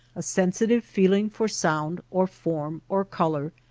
a sensitive feeling for sound, or form, or color,